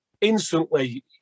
instantly